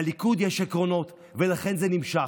לליכוד יש עקרונות, ולכן זה נמשך.